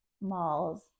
malls